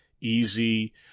easy